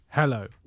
Hello